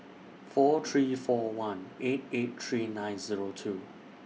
four three four one eight eight three nine Zero two